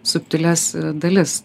subtilias dalis